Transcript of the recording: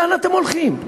לאן אתם הולכים?